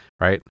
right